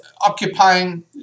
occupying